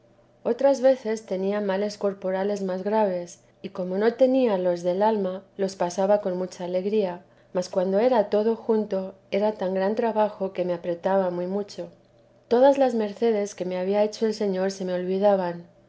otras veces tenía males corporales más graves y como no tenía los del alma los pasaba con mucha alegría mas cuando era todo junto era tan gran trabajo que me apretaba muy mucho todas las mercedes que me había hecho el señor se me olvidaban